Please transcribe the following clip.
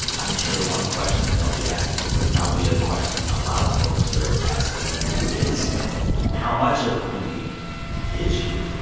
i'm sure one question they'll be asking you and probably a question a lot of folks are asking you is how much of queenie is you?